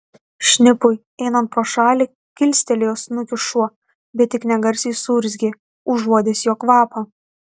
šnipui einant pro šalį kilstelėjo snukį šuo bet tik negarsiai suurzgė užuodęs jo kvapą